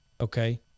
Okay